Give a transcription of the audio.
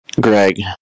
Greg